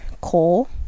coal